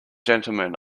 gentlemen